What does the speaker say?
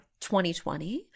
2020